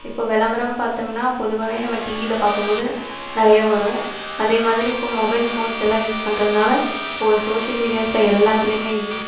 இப்போது விளம்பரம் பார்த்தோம்னா பொதுவாகவே நம்ம டிவியில் பார்க்கும்போது நிறைய வரும் அதே மாதிரி இப்போ மொபைல் ஃபோன்ஸ் எல்லாம் யூஸ் பண்ணுறதுனால ஒரு சோஷியல் மீடியாஸ்சில் எல்லாத்திலேமே யூஸ்